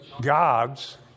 gods